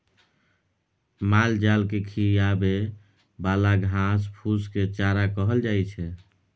मालजाल केँ खिआबे बला घास फुस केँ चारा कहल जाइ छै